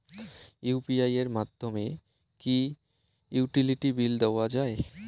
UPI এর মাধ্যমে কি ইউটিলিটি বিল দেওয়া যায়?